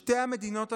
בשתי המדינות,